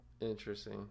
interesting